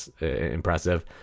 impressive